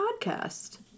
podcast